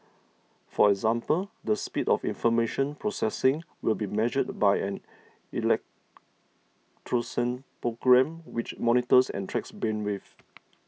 for example the speed of information processing will be measured by an program which monitors and tracks brain waves